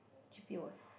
G_P was